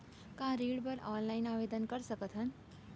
का ऋण बर ऑनलाइन आवेदन कर सकथन?